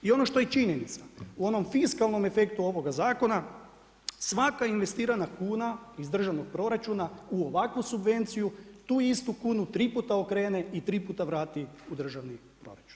I ono što je činjenica u onom fiskalnom efektu ovoga zakona svaka investirana kuna iz državnog proračuna u ovakvu subvenciju tu istu kunu tri puta okrene i tri puta vrati u državni proračun.